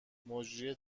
مجری